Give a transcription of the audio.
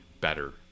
better